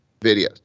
videos